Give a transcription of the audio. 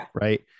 right